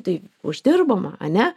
tai uždirbama ane